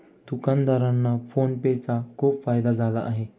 दुकानदारांना PhonePe चा खूप फायदा झाला आहे